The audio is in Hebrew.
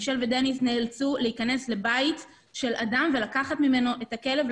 מישל ודניס נאלצו להיכנס לביתו של אדם ולקחת ממנו את הכלב,